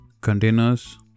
containers